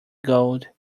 gold